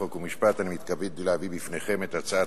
חוק ומשפט אני מתכבד להביא בפניכם את הצעת